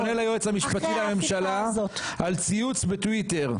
ב-7 בנובמבר 2021 אני פונה ליועץ המשפטי לממשלה על ציוץ בטוויטר,